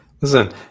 Listen